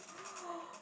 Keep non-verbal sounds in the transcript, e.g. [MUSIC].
[NOISE]